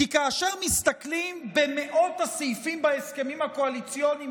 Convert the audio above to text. כי כאשר מסתכלים במאות הסעיפים בהסכמים הקואליציוניים,